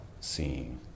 seeing